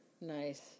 Nice